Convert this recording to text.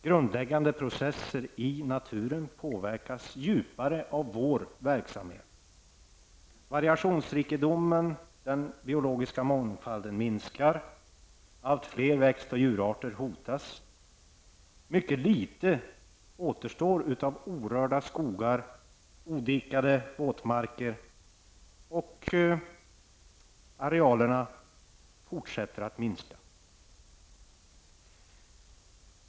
Grundläggande processer i naturen påverkas djupare av vår verksamhet. Variationsrikedomen, den biologiska mångfalden minskar, och allt fler växt och djurarter hotas. Mycket litet återstår av orörda skogar och odikade våtmarker. Arealerna fortsätter att minska.